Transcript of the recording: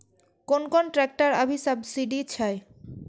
कोन कोन ट्रेक्टर अभी सब्सीडी छै?